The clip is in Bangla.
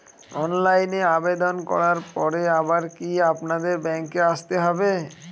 অনলাইনে আবেদন করার পরে আবার কি আপনাদের ব্যাঙ্কে আসতে হবে?